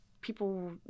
people